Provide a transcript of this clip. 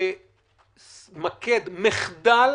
ממקד מחדל